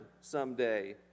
someday